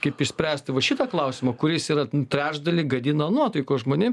kaip išspręsti va šitą klausimą kuris yra trečdalį gadina nuotaiką žmonėm